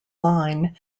line